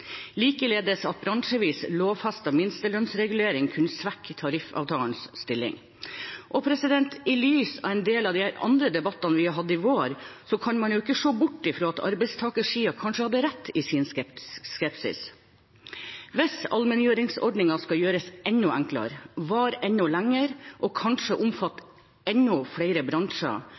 likeledes at bransjevis lovfestet minstelønnsregulering kunne svekke tariffavtalens stilling. I lys av en del av de andre debattene vi har hatt i vår, kan man jo ikke se bort fra at arbeidstakersiden kanskje hadde rett i sin skepsis. Hvis allmenngjøringsordningen skal gjøres enda enklere, vare enda lenger og kanskje omfatte enda flere bransjer,